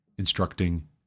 Instructing